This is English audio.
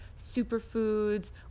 superfoods